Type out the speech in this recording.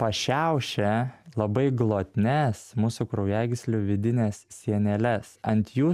pašiaušia labai glotnias mūsų kraujagyslių vidines sieneles ant jų